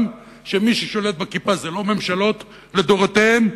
שמי ששולט בכיפה זה ממשלות לדורותיהן,